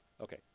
Okay